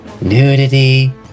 nudity